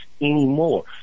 anymore